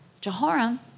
Jehoram